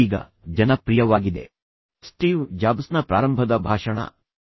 ಇದನ್ನು ಸ್ಟೀವ್ ಜಾಬ್ಸ್ನ Steve Jobs' ಪ್ರಾರಂಭದ ಭಾಷಣ ಎಂದು ಕರೆಯಲಾಗುತ್ತದೆ